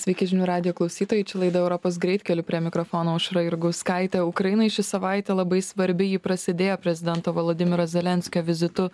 sveiki žinių radijo klausytojai čia laida europos greitkeliu prie mikrofono aušra jurgauskaitė ukrainai ši savaitė labai svarbi ji prasidėjo prezidento volodymyro zelenskio vizitu